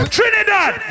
Trinidad